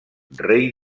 rei